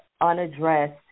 unaddressed